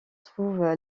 trouve